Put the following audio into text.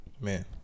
man